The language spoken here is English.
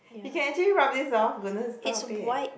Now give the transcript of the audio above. you can actually rub this off goodness stop it